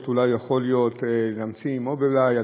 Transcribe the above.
להמציא מובילאיי,